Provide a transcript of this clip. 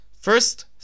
First